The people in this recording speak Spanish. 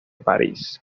parís